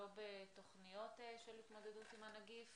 לא בתוכניות של התמודדות עם הנגיף